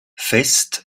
fest